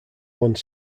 one